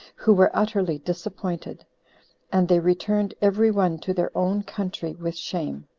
who were utterly disappointed and they returned every one to their own country with shame.